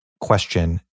question